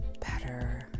better